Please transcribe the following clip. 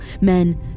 men